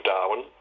Darwin